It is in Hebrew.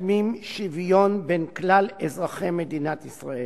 מקדמים שוויון בין כלל אזרחי מדינת ישראל.